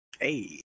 Hey